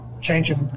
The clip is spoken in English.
changing